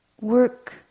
work